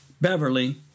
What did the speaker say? Beverly